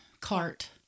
cart